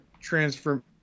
transfer